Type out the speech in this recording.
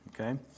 okay